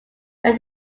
that